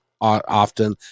often